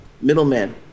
middleman